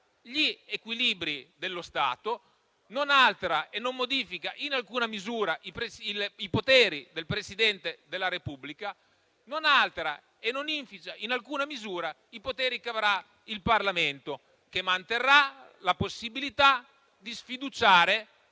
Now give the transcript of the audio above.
gli equilibri dello Stato. Non altera e non modifica in alcuna misura i poteri del Presidente della Repubblica. Non altera e non inficia in alcuna misura i poteri che avrà il Parlamento, che manterrà la possibilità di sfiduciare,